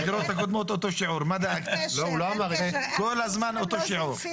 כל הזמן אותו שיעור.